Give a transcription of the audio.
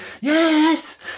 Yes